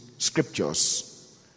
Scriptures